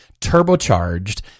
turbocharged